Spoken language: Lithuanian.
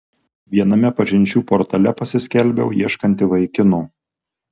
viename pažinčių portale pasiskelbiau ieškanti vaikino